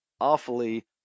awfully